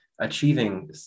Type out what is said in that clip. achieving